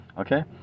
okay